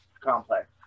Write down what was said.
complex